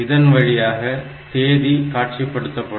இதன் வழியாக தேதி காட்சிப்படுத்தப்படும்